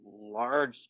large